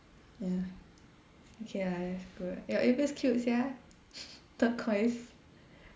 ya okay lah that's good your earpiece cute sia turquoise